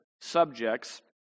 subjects